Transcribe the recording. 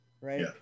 Right